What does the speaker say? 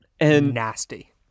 Nasty